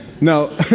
No